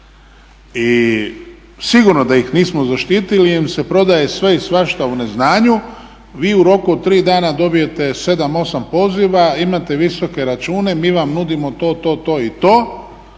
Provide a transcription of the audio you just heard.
i sigurno da ih nismo zaštitili jer im se prodaje sve i svašta u neznanju. Vi u roku od 3 dana dobijete 7, 8 poziva, imate visoke račune, mi vam nudimo to, to, to i to